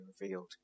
revealed